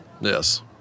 Yes